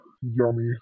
yummy